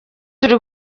turi